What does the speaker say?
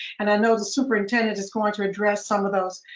and i know the superintendent is going to address some of those,